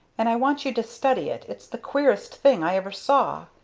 and i want you to study it, it's the queerest thing i ever saw.